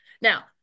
now